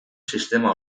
sistema